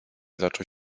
zaczął